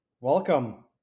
Welcome